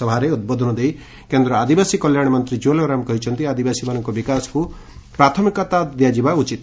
ସଭାରେ ଉଦ୍ବୋଧନ ଦେଇ କେନ୍ଦ୍ର ଆଦିବାସୀ କଲ୍ୟାଣ ମନ୍ତୀ ଜୁଏଲ୍ ଓରାମ କହିଛନ୍ତି ଆଦିବାସୀଙ୍କ ବିକାଶକୁ ପ୍ରାଥମିକତା ଦିଆଯିବା ଉଚିତ